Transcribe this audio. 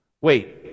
Wait